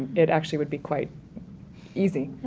it actually would be quite easy.